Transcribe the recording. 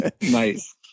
Nice